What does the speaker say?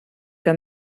que